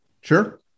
Sure